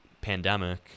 pandemic